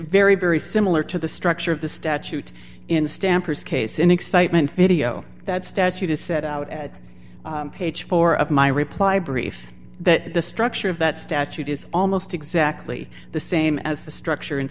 very very similar to the structure of the statute in stampers case in excitement video that statute is set out at page four of my reply brief that the structure of that statute is almost exactly the same as the structure in